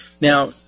Now